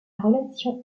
relation